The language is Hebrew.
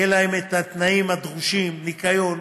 יהיו להם התנאים הדרושים: ניקיון,